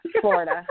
Florida